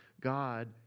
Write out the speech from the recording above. God